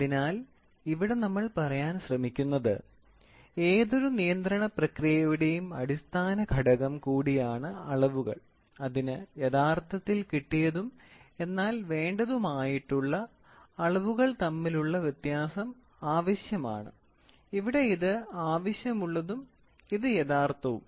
അതിനാൽ ഇവിടെ നമ്മൾ പറയാൻ ശ്രമിക്കുന്നത് ഏതൊരു നിയന്ത്രണ പ്രക്രിയയുടെയും അടിസ്ഥാന ഘടകം കൂടിയാണ് അളവുകൾ അതിന് യഥാർത്ഥത്തിൽ കിട്ടിയതും എന്നാൽ വേണ്ടതുമായിട്ടുള്ള തമ്മിലുള്ള അളവിലുള്ള വ്യത്യാസം ആവശ്യമാണ് ഇവിടെ ഇത് ആവശ്യമുള്ളതും ഇതാണ് യഥാർത്ഥവും